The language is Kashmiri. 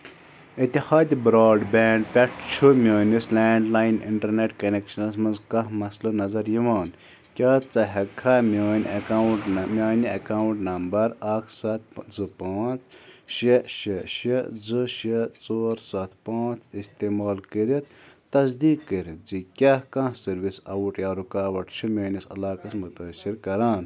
اِتحادِ برٛاڈ بینٛڈ پٮ۪ٹھ چھُ میٛٲنِس لینٛڈ لایِن اِنٹَرنٮ۪ٹ کَنٮ۪کشَنَس منٛز کانٛہہ مسلہٕ نظر یِوان کیٛاہ ژٕ ہٮ۪ککھا میٛٲنۍ اٮ۪کاوُنٛٹ نہ میٛانہِ اٮ۪کاوُنٛٹ نمبَر اَکھ سَتھ زٕ پانٛژھ شےٚ شےٚ شےٚ زٕ شےٚ ژور سَتھ پانٛژھ اِستعمال کٔرِتھ تصدیٖق کٔرِتھ زِ کیٛاہ کانٛہہ سٔروِس آوُٹ یا رُکاوَٹ چھِ میٛٲنِس علاقَس مُتٲثِر کران